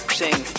sing